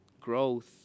growth